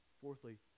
Fourthly